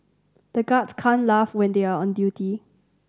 the guards can't laugh when they are on duty